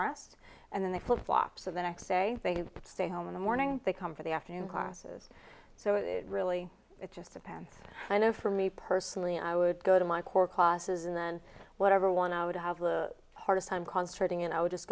rest and then they flip flop so the next day they stay home in the morning they come for the afternoon classes so it really it just depends i know for me personally i would go to my core classes and then whatever one i would have the hardest time concentrating and i would just